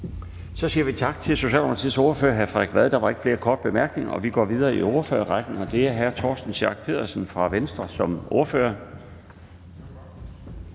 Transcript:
Så siger vi tak til Socialdemokratiets ordfører, hr. Frederik Vad. Der er ikke flere korte bemærkninger, og vi går videre i ordførerrækken til hr. Torsten Schack Pedersen fra Venstre. Værsgo.